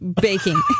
baking